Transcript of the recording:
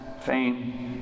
fame